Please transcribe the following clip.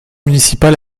municipales